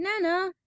Nana